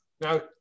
Now